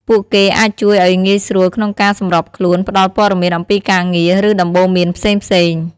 ពួកគេអាចជួយឲ្យងាយស្រួលក្នុងការសម្របខ្លួន ផ្ដល់ព័ត៌មានអំពីការងារ ឬដំបូន្មានផ្សេងៗ ។